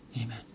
amen